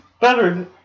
better